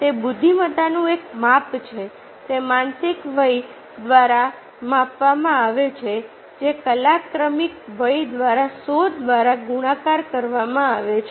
તે બુદ્ધિમત્તાનું એક માપ છે તે માનસિક વય દ્વારા માપવામાં આવે છે જે કાલક્રમિક વય દ્વારા 100 દ્વારા ગુણાકાર કરવામાં આવે છે